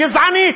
גזענית.